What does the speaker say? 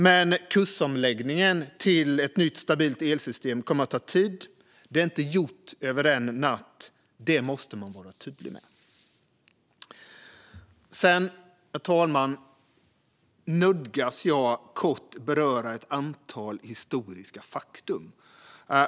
Men kursomläggningen till ett nytt stabilt elsystem kommer att ta tid. Det är inte gjort över en natt, och det måste man vara tydlig med. Herr talman! Jag nödgas nu kort beröra ett antal historiska fakta.